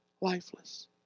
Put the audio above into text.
lifeless